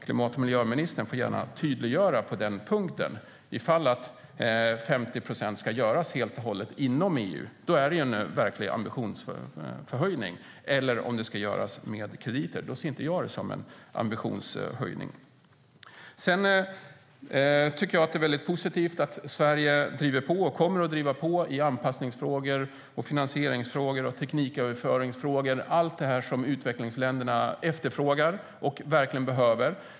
Klimat och miljöministern får gärna tydliggöra den punkten - om 50 procent ska åstadkommas helt och hållet inom EU, då det är en verklig ambitionshöjning, eller om det ska göras med krediter, då jag inte ser det som en ambitionshöjning. Jag tycker att det är positivt att Sverige driver på och kommer att driva på i frågor om anpassning, finansiering och tekniköverföring, allt det som utvecklingsländerna efterfrågar och behöver.